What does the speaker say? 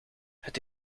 het